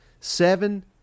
seven